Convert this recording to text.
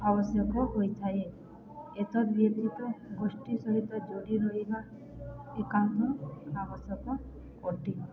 ଆବଶ୍ୟକ ହୋଇଥାଏ ଏତଦ୍ ବ୍ୟତୀତ ଗୋଷ୍ଠୀ ସହିତ ଯୋଡ଼ି ରହିବା ଏକାନ୍ତ ଆବଶ୍ୟକ ଅଟେ